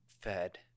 fed